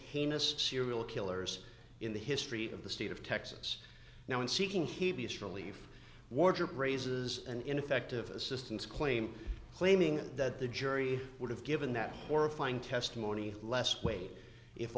heinous serial killers in the history of the state of texas now in seeking he beats relief warship raises an ineffective assistance claim claiming that the jury would have given that horrifying testimony less w